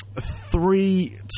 three